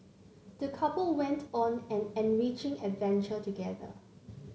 the couple went on an enriching adventure together